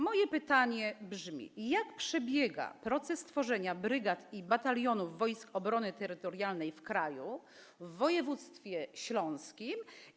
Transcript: Moje pytanie brzmi: Jak przebiega proces tworzenia brygad i batalionów Wojsk Obrony Terytorialnej w kraju, w województwie śląskim?